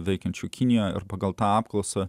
veikiančių kinijoje ir pagal tą apklausą